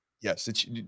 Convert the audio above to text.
Yes